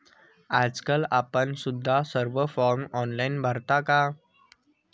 आजकाल आपण सुद्धा सर्व फॉर्म ऑनलाइन भरता का?